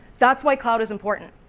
that's why cloud is important,